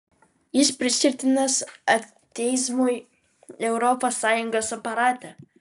jis priskirtinas ateizmui europos sąjungos aparate